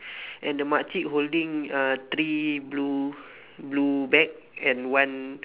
and the mak cik holding uh three blue blue bag and one